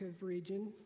region